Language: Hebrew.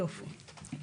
יופי.